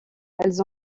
elles